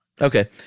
Okay